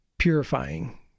purifying